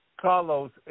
Carlos